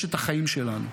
יש את החיים שלנו.